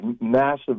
massive